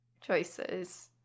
choices